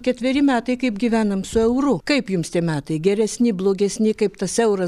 ketveri metai kaip gyvenam su euru kaip jums tie metai geresni blogesni kaip tas euras